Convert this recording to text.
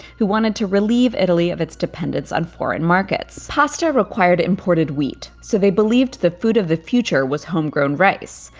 who wanted to relieve italy of its dependence on foreign markets. pasta required imported wheat, so they believed the food of the future was homegrown rice,